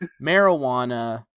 marijuana